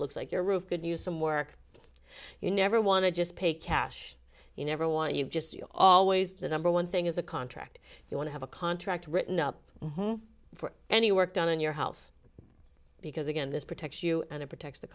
looks like your roof could use some work you never want to just pay cash you never want to you just you always the number one thing is a contract you want to have a contract written up for any work done in your house because again this protects you and it protects the